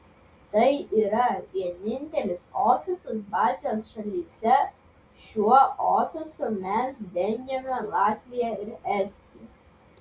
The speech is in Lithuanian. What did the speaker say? tai yra vienintelis ofisas baltijos šalyse šiuo ofisu mes dengiame latviją ir estiją